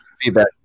Feedback